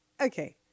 Okay